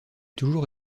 toujours